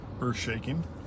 earth-shaking